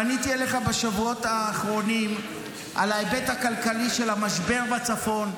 פניתי אליך בשבועות האחרונים לגבי ההיבט הכלכלי של המשבר בצפון,